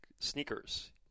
sneakers